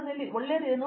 ಇದರ ಬಗ್ಗೆ ಒಳ್ಳೆಯದು ಏನು